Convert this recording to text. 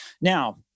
Now